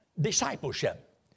discipleship